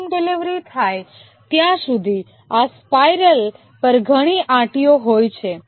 અંતિમ ડિલિવરી થાય ત્યાં સુધી આ સ્પાઇરલ પર ઘણી આંટીઓ હોઈ શકે છે